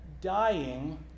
dying